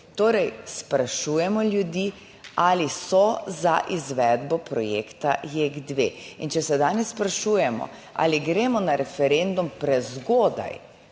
Torej sprašujemo ljudi, ali so za izvedbo projekta JEK2. In če se danes sprašujemo ali gremo na referendum prezgodaj?